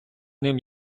ним